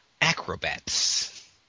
Acrobats